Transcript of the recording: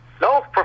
No